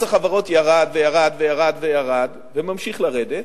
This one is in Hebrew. מס החברות ירד וירד וממשיך לרדת,